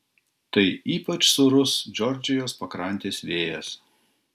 tai ypač sūrus džordžijos pakrantės vėjas